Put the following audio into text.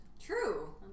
True